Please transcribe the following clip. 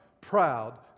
proud